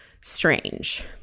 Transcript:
strange